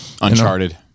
Uncharted